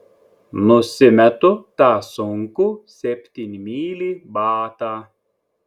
nusimetu tą sunkų septynmylį batą